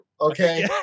okay